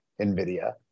NVIDIA